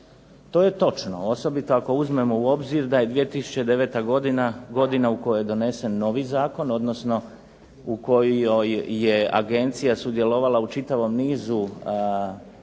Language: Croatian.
To je točno, osobito ako uzmemo u obzir da je 2009. godina, godina u kojoj je donesen novi zakon, odnosno u kojoj je agencija sudjelovala u čitavom nizu